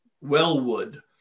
Wellwood